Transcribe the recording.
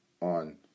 on